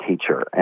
teacher